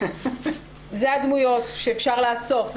אלה הדמויות שאפשר לאסוף.